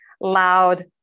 loud